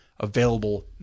available